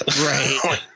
Right